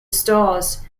stalls